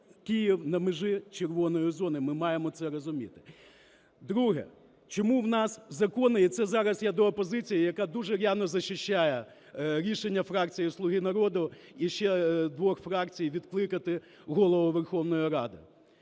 Київ на межі "червоної" зони, ми маємо це розуміти. Друге. Чому в нас закони, і це зараз я до опозиції, яка дуже р'яно захищає рішення фракції "Слуга народу" і ще двох фракцій відкликати Голову Верховної Ради,